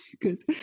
good